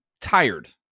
tired